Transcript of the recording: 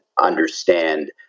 understand